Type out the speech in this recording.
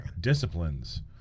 disciplines